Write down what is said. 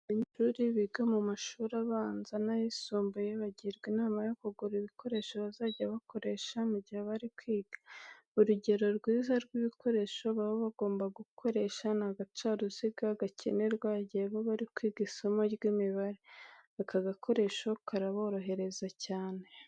Abanyeshuri biga mu mashuri abanza n'ayisumbuye bagirwa inama yo kugura ibikoresho bazajya bakoresha mu gihe bari kwiga. Urugero rwiza rw'ibikoresho baba bagomba gukoresha ni agacaruziga gakenerwa igihe baba bari kwiga isomo ry'imibare. Aka gakoresho karaborohereza cyane.